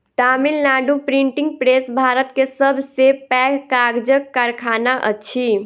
Tamil Nadu printing press Bharat के सब से पैघ कागजक कारखाना अछि